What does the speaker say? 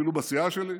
אפילו בסיעה שלי,